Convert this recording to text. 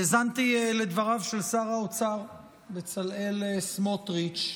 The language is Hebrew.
האזנתי לדבריו של שר האוצר בצלאל סמוטריץ'